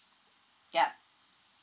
yup